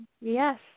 Yes